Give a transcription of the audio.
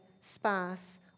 sparse